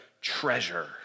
treasure